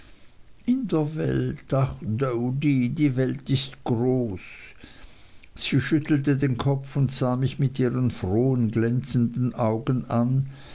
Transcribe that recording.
in der welt ach doady die welt ist groß sie schüttelte den kopf sah mich mit ihren frohen glänzenden augen an